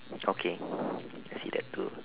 okay I see that too